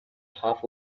half